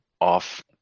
off